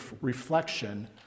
reflection